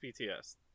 pts